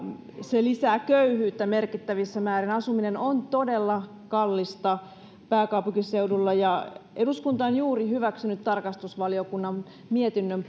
se myös lisää köyhyyttä merkittävässä määrin asuminen on todella kallista pääkaupunkiseudulla eduskunta on juuri hyväksynyt tarkastusvaliokunnan mietinnön